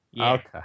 Okay